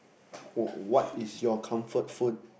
what is your comfort food